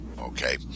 okay